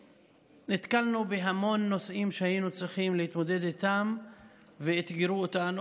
נתקלנו בהמון נושאים שהיינו צריכים להתמודד איתם ואתגרו אותנו.